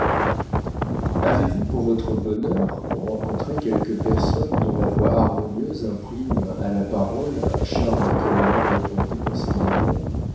avez-vous pour votre bonheur rencontré quelque personne dont la voix harmonieuse imprime à la parole un charme également répandu dans ses manières